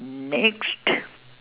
next